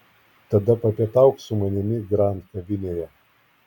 tada papietauk su manimi grand kavinėje